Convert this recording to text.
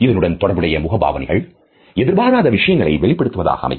இதனுடன் தொடர்புடைய முகபாவனைகள் எதிர்பாராத விஷயங்களை வெளிப்படுத்துவதாக அமையும்